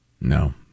no